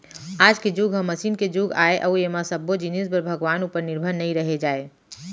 आज के जुग ह मसीन के जुग आय अउ ऐमा सब्बो जिनिस बर भगवान उपर निरभर नइ रहें जाए